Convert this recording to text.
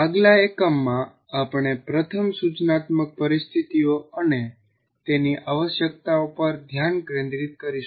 આગલા એકમમાં આપણે પ્રથમ સૂચનાત્મક પરિસ્થિતિઓ અને તેની આવશ્યકતાઓ પર ધ્યાન કેન્દ્રિત કરશું